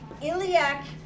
iliac